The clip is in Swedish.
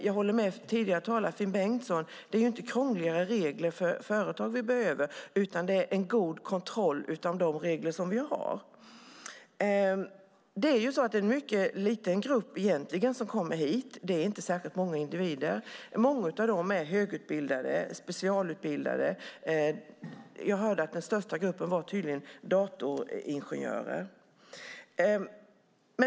Jag håller med tidigare talare Finn Bengtsson: Det är inte krångligare regler för företag vi behöver, utan en god kontroll av de regler som vi har. Det är egentligen en mycket liten grupp som kommer hit. Det är inte särskilt många individer. Många av dem är högutbildade eller specialutbildade. Jag hörde att den största gruppen tydligen var datoringenjörer.